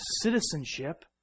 citizenship